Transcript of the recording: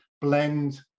blend